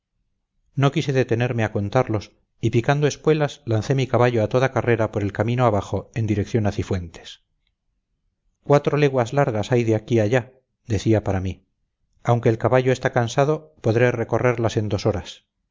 no quise detenerme a contarlos y picando espuelas lancé mi caballo a toda carrera por el camino abajo en dirección a cifuentes cuatro leguas largas hay de aquí allá decía para mí aunque el caballo está cansado podré recorrerlas en dos horas